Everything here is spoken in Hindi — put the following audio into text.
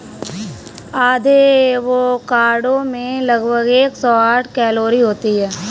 आधे एवोकाडो में लगभग एक सौ साठ कैलोरी होती है